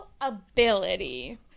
ability